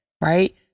Right